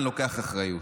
אני לוקח אחריות.